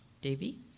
Davey